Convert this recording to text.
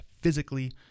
physically